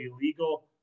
illegal